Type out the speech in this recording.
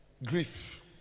Grief